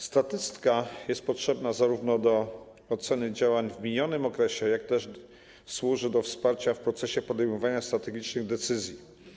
Statystyka jest potrzebna zarówno do oceny działań w minionym okresie, jak i służy do wsparcia w procesie podejmowania strategicznych decyzji.